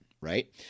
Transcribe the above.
Right